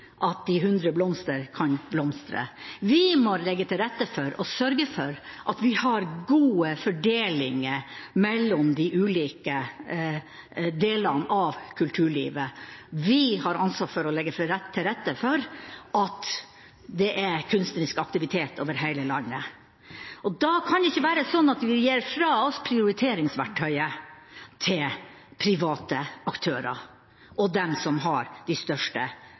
sørge for, at vi har gode fordelinger mellom de ulike delene av kulturlivet. Vi har ansvar for å legge til rette for at det er kunstnerisk aktivitet over hele landet. Da kan det ikke være sånn at vi gir fra oss prioriteringsverktøyet til private aktører og dem som har de største